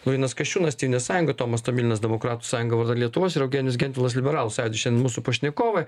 laurynas kasčiūnas tėvynės sąjunga tomas tomilinas demokratų sąjunga vardan lietuvos ir eugenijus gentvilas liberalų sąjūdis šian mūsų pašnekovai